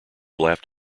laughed